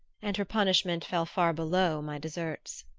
and her punishment fell far below my deserts.